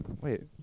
Wait